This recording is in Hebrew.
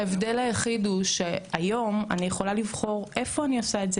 ההבדל היחיד הוא שהיום אני יכולה לבחור איפה אני עושה את זה.